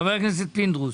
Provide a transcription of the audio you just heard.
חבר הכנסת פינדרוס.